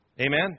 Amen